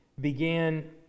began